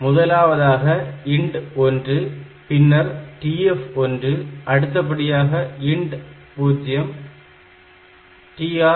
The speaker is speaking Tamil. முதலாவதாக INT1 பின்னர் TF1 அடுத்தபடியாக INT0 TR0 மற்றும் R1T1